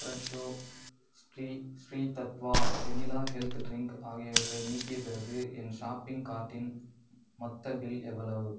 Fresho Sri Sri Tattva vanilla health drink ஆகியவற்றை நீக்கிய பிறகு என் ஷாப்பிங் கார்ட்டின் மொத்த பில் எவ்வளவு